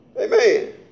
Amen